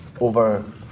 over